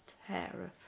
hair